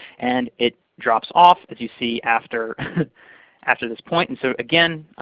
and it drops off, as you see, after after this point. and so again,